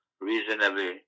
reasonably